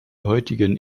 heutigen